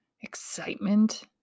excitement